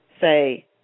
say